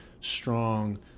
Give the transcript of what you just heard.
strong